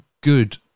good